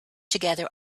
together